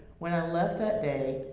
when i left that day,